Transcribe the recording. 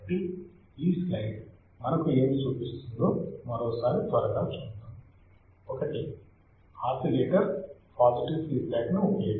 కాబట్టి ఈ స్లయిడ్ మనకు ఏమి చూపిస్తుందో మరోసారి త్వరగా చూద్దాం ఒకటి ఆసిలేటర్ పాజిటివ్ ఫీడ్ బ్యాక్ ని ఉపయోగిస్తుంది